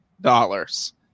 dollars